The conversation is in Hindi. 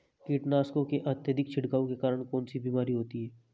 कीटनाशकों के अत्यधिक छिड़काव के कारण कौन सी बीमारी होती है?